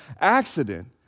accident